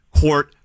Court